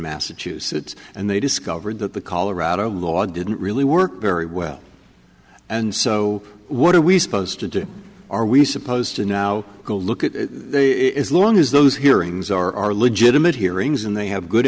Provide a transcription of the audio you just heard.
massachusetts and they discovered that the colorado law didn't really work very well and so what are we supposed to do are we supposed to now go look at it's long as those hearings are legitimate hearings and they have a good